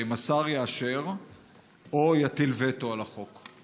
האם השר יאשר או יטיל וטו על החוק?